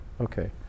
Okay